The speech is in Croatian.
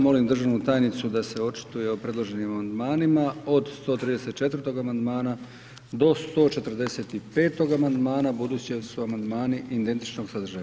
Molim državnu tajnicu da se očituje o predloženim amandmanima od 134. amandmana do 145. amandmana, budući da su amandmani identičnog sadržaja.